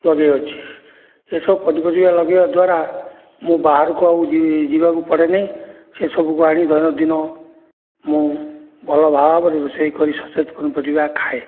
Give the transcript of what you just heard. ଲଗେଇଅଛି ଏସବୁ ପନିପରିବା ଲଗେଇବା ଦ୍ୱାରା ମୁଁ ବାହାରକୁ ଆଉ ଯିବାକୁ ପଡ଼େନାହିଁ ସେ ସବୁକୁ ଆଣି ଦୈନଦିନ ମୁଁ ଭଲ ଭାବରେ ରୋଷେଇ କରି ସତେଜ ପନିପରିବା ଖାଏ